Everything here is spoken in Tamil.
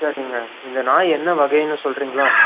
இல்ல நீங்கள் இந்த நாய் என்ன வகையின்னு சொல்லுறிங்களா